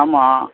ஆமாம்